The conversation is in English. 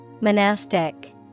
monastic